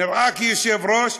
נראה כיושב-ראש,